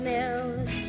Mills